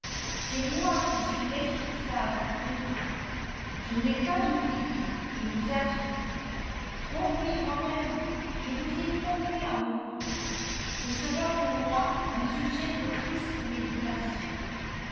c'est moi qui suis responsable de tout je ne l'ai pas oublié je vous assure trompée moi-même je vous ai trompée à mon tour ce sera pour moi un sujet de triste méditation